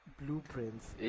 blueprints